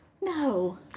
No